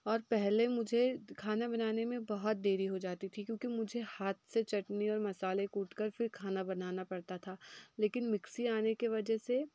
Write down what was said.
और पहल मुझे खाना बनाने में बहुत देरी हो जाती थी क्योंकि मुझे हाथ से चटनी और मसाले कूट कर फिर खाना बनाना पड़ता था लेकिन मिक्सी आने की वजह से